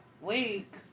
Week